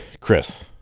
chris